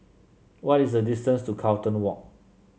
what is the distance to Carlton Walk